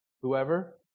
whoever